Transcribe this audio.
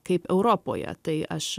kaip europoje tai aš